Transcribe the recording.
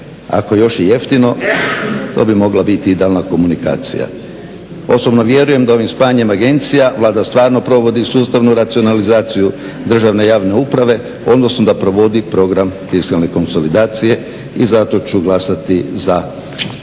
Ako je još i jeftino to bi mogla biti idealna komunikacija. Osobno vjerujem da ovim spajanjem agencija Vlada stvarno provodi sustavnu racionalizaciju državne i javne uprave, odnosno da provodi program fiskalne konsolidacije. I zato ću glasati za